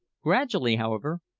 gradually, however,